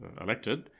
elected